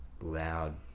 loud